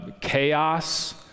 chaos